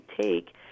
take